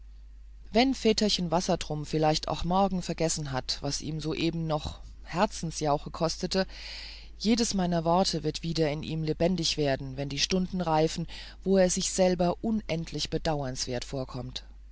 wenn väterchen wassertrum vielleicht auch morgen vergessen hat was ihm soeben noch herzjauche kostete jedes meiner worte wird wieder in ihm lebendig werden wenn die stunden reifen wo er sich selbst unendlich bedauernswert vorkommt